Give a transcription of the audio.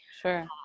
sure